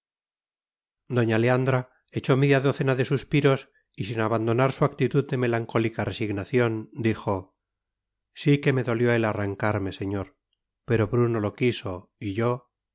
doña leandra echó media docena de suspiros y sin abandonar su actitud de melancólica resignación dijo sí que me dolió el arrancarme señor pero bruno lo quiso y yo